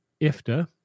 IFTA